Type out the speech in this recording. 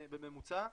בממוצע,